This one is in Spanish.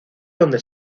donde